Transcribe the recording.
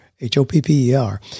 H-O-P-P-E-R